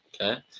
Okay